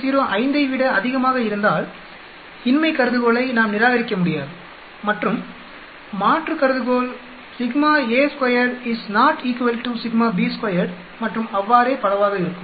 05 ஐ விட அதிகமாக இருந்தால் இன்மை கருதுகோளை நாம் நிராகரிக்க முடியாது மற்றும் மாற்று கருதுகோள் மற்றும் அவ்வாறே பலவாக இருக்கும்